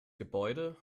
gebäude